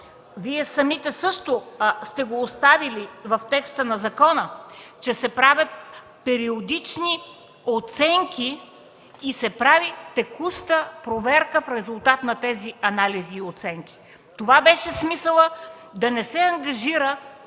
Вие самите също сте оставили в текста на закона, че се правят периодични оценки и се прави текуща проверка в резултат на тези анализи и оценки. Това беше смисълът – да не се ангажира